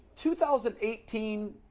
2018